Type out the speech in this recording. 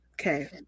Okay